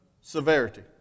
severity